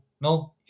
no